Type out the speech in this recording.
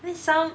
they sound